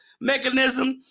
mechanism